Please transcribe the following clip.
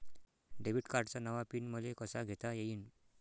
Debit कार्डचा नवा PIN मले कसा घेता येईन?